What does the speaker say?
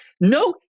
no